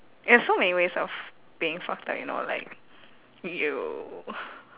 there are so many ways of being fucked up you know like you